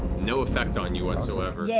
no effect on you whatsoever. yeah